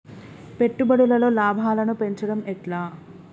పెట్టుబడులలో లాభాలను పెంచడం ఎట్లా?